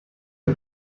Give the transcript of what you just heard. del